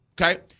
Okay